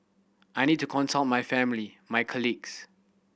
I need to consult my family my colleagues